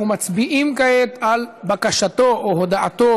אנחנו מצביעים כעת על בקשתו או הודעתו